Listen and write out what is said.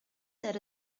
there